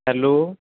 hello